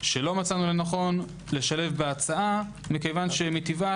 שלא מצאנו לנכון לשלב בהצעה כי מטבעה